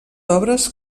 obres